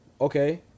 Okay